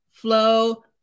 Flow